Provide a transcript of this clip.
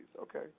Okay